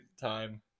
time